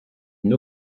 une